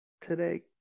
today